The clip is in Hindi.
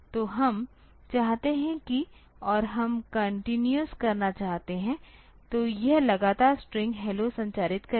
तो हम चाहते हैं कि और हम कन्टिन्यूनूसकरना चाहते हैं तो यह लगातार स्ट्रिंग hello संचारित करेगा